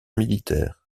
militaire